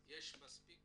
--- יש מספיק